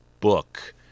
book